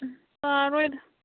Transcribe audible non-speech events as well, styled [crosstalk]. [unintelligible]